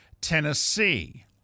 Tennessee